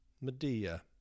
Medea